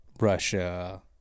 Russia